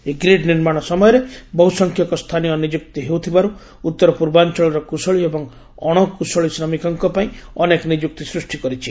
ଏହି ଗ୍ରୀଡ଼ ନିର୍ମାଣ ସମୟରେ ବହୁ ସଂଖ୍ୟକ ସ୍ଥାନୀୟ ନିଯୁକ୍ତି ହେଉଥିବାରୁ ଉତ୍ତର ପୂର୍ବାଞ୍ଚଳର କୁଶଳୀ ଏବଂ ଅଶକୁଶଳୀ ଶ୍ରମିକଙ୍କ ପାଇଁ ଅନେକ ନିଯୁକ୍ତି ସୃଷ୍ଟି କରିଛି